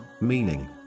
meaning